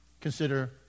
consider